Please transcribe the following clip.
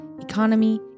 economy